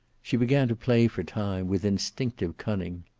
she began to play for time, with instinctive cunning.